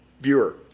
viewer